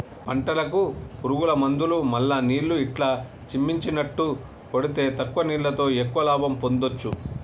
పంటలకు పురుగుల మందులు మల్ల నీళ్లు ఇట్లా చిమ్మిచినట్టు కొడితే తక్కువ నీళ్లతో ఎక్కువ లాభం పొందొచ్చు